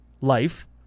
life